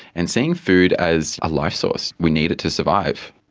and seeing food as a life source, we need it to survive,